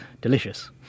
delicious